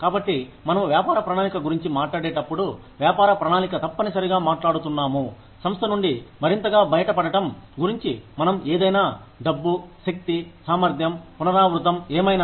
కాబట్టి మనము వ్యాపార ప్రణాళిక గురించి మాట్లాడేటప్పుడు వ్యాపార ప్రణాళిక తప్పనిసరిగా మాట్లాడుతున్నాము సంస్థ నుండి మరింతగా బయట పడటం గురించి మనం ఏదైనా డబ్బు శక్తి సామర్థ్యం పునరావృతం ఏమైనా